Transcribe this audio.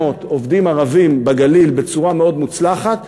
900-800 עובדים ערבים בגליל בצורה מאוד מוצלחת,